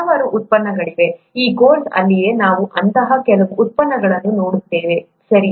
ಹಲವಾರು ಉತ್ಪನ್ನಗಳಿವೆ ಈ ಕೋರ್ಸ್ ಅಲ್ಲಿಯೇ ನಾವು ಅಂತಹ ಕೆಲವು ಉತ್ಪನ್ನಗಳನ್ನು ನೋಡುತ್ತೇವೆ ಸರಿ